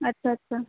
আচ্ছা আচ্ছা